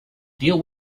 deal